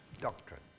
doctrine